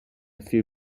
few